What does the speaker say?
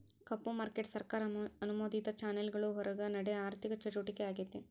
ಕಪ್ಪು market ಸರ್ಕಾರ ಅನುಮೋದಿತ ಚಾನೆಲ್ಗುಳ್ ಹೊರುಗ ನಡೇ ಆಋಥಿಕ ಚಟುವಟಿಕೆ ಆಗೆತೆ